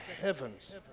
heavens